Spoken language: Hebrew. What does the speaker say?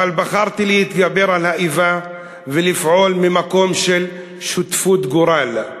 אבל בחרתי להתגבר על האיבה ולפעול ממקום של שותפות גורל.